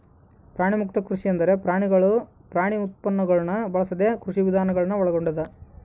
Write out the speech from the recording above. ಪ್ರಾಣಿಮುಕ್ತ ಕೃಷಿ ಎಂದರೆ ಪ್ರಾಣಿಗಳು ಪ್ರಾಣಿ ಉತ್ಪನ್ನಗುಳ್ನ ಬಳಸದ ಕೃಷಿವಿಧಾನ ಗಳನ್ನು ಒಳಗೊಂಡದ